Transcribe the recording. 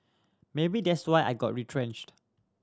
maybe that's why I got retrenched